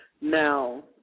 Now